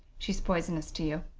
she's poisonous to you.